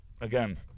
again